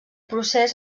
procés